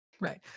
right